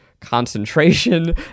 concentration